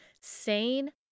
sane